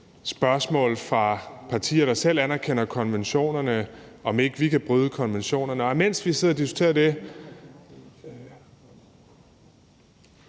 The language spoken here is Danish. spørgsmål fra partier, der selv anerkender konventionerne, om, om vi ikke kan bryde konventionerne. Mens vi har siddet og diskuteret det,